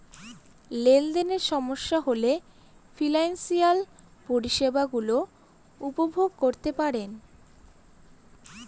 লেনদেনে সমস্যা হলে ফিনান্সিয়াল পরিষেবা গুলো উপভোগ করতে পারবো